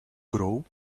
grow